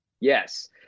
Yes